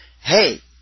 hey